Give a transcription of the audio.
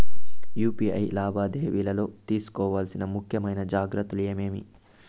UPI లావాదేవీలలో తీసుకోవాల్సిన ముఖ్యమైన జాగ్రత్తలు ఏమేమీ?